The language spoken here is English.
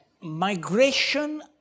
Migration